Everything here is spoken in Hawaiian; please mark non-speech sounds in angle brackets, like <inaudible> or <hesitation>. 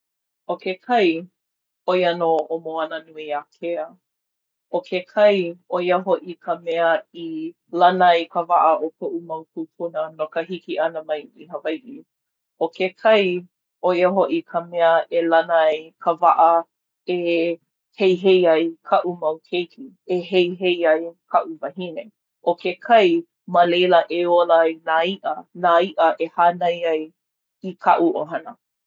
ʻO ke kai, ʻo ia nō ʻo Moananuiākea. ʻO ke kai, ʻo ia hoʻi ka mea i <hesitation> lana ai ka waʻa o koʻu mau kūpuna no ka hiki ʻana mai i Hawaiʻi. ʻO ke kai, ʻo ia hoʻi ka mea e lana ai ka waʻa e <hesitation> heihei ai kaʻu mau keiki, e heihei ai kaʻu wahine. ʻO ke kai, ma leila e ola ai nā iʻa, nā iʻa e hānai ai i kaʻu ʻohana.